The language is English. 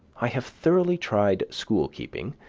i have thoroughly tried school-keeping,